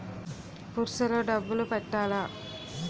Purse లో డబ్బులు పెట్టలా?